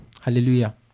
Hallelujah